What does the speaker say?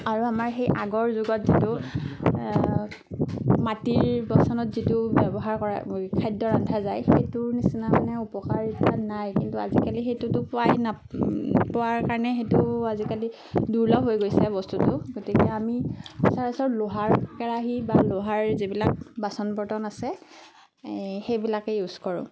আৰু আমাৰ সেই আগৰ যুগত যিটো মাটিৰ বাচনত যিটো ব্যৱহাৰ কৰা কৰি খাদ্য ৰান্ধা যায় সেইটোৰ নিচিনা মানে উপকাৰিতা নাই কিন্তু আজিকালি সেইটোতো পোৱাই নাপ পোৱাৰ কাৰণে সেইটো আজিকালি দুৰ্লভ হৈ গৈছে বস্তুটো গতিকে আমি সচৰাচৰ লোহাৰ কেৰাহি বা লোহাৰ যিবিলাক বাচন বৰ্তন আছে এই সেইবিলাকেই ইউজ কৰোঁ